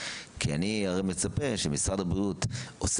כי אני הרי מצפה שמשרד הבריאות עושה